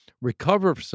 recover